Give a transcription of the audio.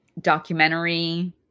documentary